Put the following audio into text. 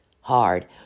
hard